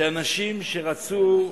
כלפי אנשים שרצו,